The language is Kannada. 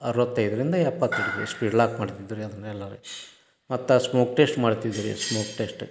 ಅರುವತ್ತೈದರಿಂದ ಎಪ್ಪತ್ತು ಇಡ್ತಿದ್ವಿ ಸ್ಪೀಡ್ ಲಾಕ್ ಮಾಡ್ತಿದ್ವಿ ಅದುನ್ನ ಎಲ್ಲರೂ ಮತ್ತೆ ಆ ಸ್ಮೋಕ್ ಟೆಸ್ಟ್ ಮಾಡ್ತಿದ್ವಿ ಸ್ಮೋಕ್ ಟೆಸ್ಟು